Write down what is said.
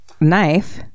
knife